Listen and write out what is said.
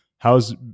How's